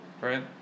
right